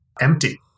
empty